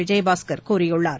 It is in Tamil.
விஜயபாஸ்கர் கூறியுள்ளார்